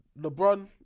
LeBron